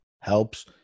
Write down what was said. helps